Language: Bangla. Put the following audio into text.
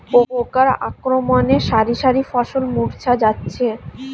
পোকার আক্রমণে শারি শারি ফসল মূর্ছা যাচ্ছে